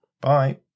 bye